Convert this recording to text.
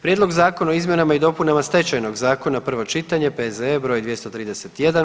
Prijedlog zakona o izmjenama i dopunama Stečajnog zakona, prvo čitanje, P.Z.E. br. 231.